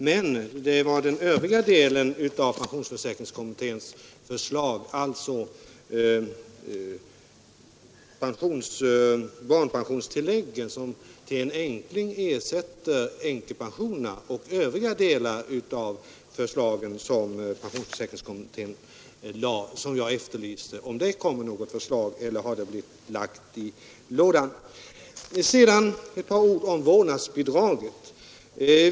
Men det var den övriga delen av pensionsförsäkringskommitténs förslag, alltså barnpensionstilläggen som till en änkling ersätter änkepensionerna, och övriga delar av förslagen som pensionsförsäkringskommittén lade, som jag efterlyste. Kommer det något förslag om detta eller har det blivit lagt i lådan? Sedan ett par ord om vårdnadsbidraget.